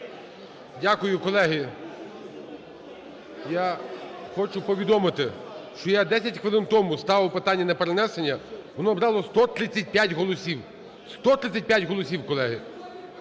Дякую. Колеги, я хочу повідомити, що я 10 хвилин тому ставив питання на перенесення, воно набрало 135 голосів. 135 голосів, колеги!